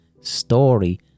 story